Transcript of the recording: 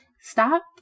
stop